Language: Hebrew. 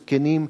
זקנים,